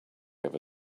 ever